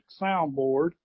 soundboard